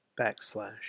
backslash